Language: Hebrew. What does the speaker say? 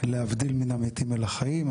להבדיל מן המתים לחיים.